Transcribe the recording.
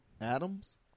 Adams